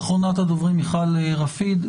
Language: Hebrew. הדוברים, מיכל רפיד.